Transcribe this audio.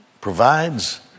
provides